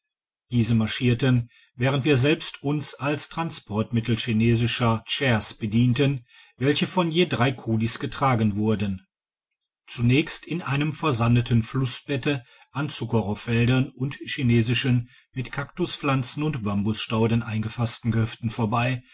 diese marschierten während wir selber uns als transportmittel chinesischer chairs bedienten welche von je drei kulis getragen wurden zunächst in einem versandeten flussbette an zuckerrohrfeldern und chinesischen mit kaktuspflanzen und bambusstauden eingefassten gehöften vorbei